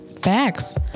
Facts